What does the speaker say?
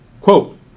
quote